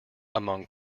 among